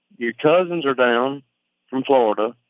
your cousins are down from florida.